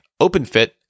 OpenFit